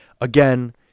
again